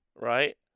right